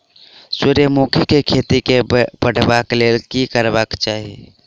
सूर्यमुखी केँ खेती केँ बढ़ेबाक लेल की करबाक चाहि?